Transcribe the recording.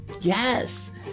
yes